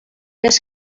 més